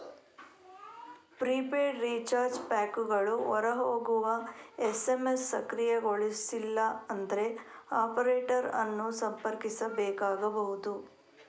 prepaid recharge ಪ್ಯಾಕುಗಳು ಹೊರ ಹೋಗುವ ಎಸ್.ಎಮ್.ಎಸ್ ಸಕ್ರಿಯಗೊಳಿಸಿಲ್ಲ ಅಂದ್ರೆ ಆಪರೇಟರ್ ಅನ್ನು ಸಂಪರ್ಕಿಸಬೇಕಾಗಬಹುದು